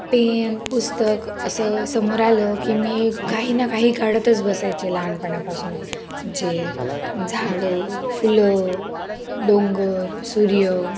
pen पुस्तक असं समोर आलं की मी काही ना काही काढतच बसायचे लहानपणापासून जे झाडं फुलं डोंगर सूर्य